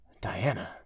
Diana